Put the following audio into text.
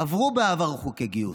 עברו בעבר חוקי גיוס,